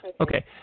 Okay